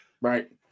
right